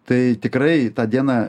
tai tikrai tą dieną